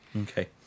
Okay